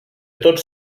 tots